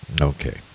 Okay